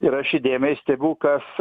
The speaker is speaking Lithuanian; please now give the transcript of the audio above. ir aš įdėmiai stebiu kas